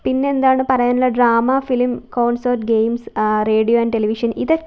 പിന്നെ എന്താണ് പറയാനുള്ളത് drama film concert games radio and television ഇത്